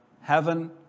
heaven